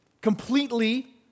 completely